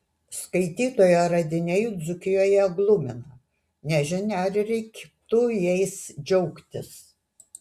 skaitytojo radiniai dzūkijoje glumina nežinia ar reiktų jais džiaugtis